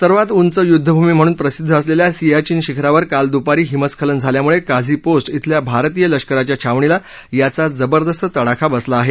सर्वात उद्दयुद्धभमी म्हणून प्रसिद्ध असलेल्या सियाचेन शिखरावर काल दुपारी हिमस्खलन झाल्यामुळे काझी पोस्ट इथल्या भारतीय लष्कराच्या छावणीला याचा जबरदस्त तडाखा बसला आहे